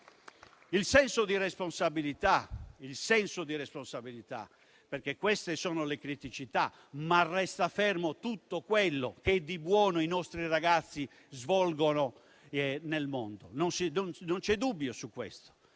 al senso di responsabilità: queste sono le criticità, ma resta fermo tutto quello che di buono i nostri ragazzi svolgono nel mondo, non c'è dubbio su questo;